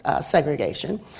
segregation